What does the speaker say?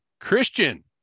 Christian